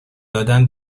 دادن